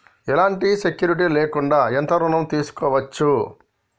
ఎలాంటి సెక్యూరిటీ లేకుండా ఎంత ఋణం తీసుకోవచ్చు?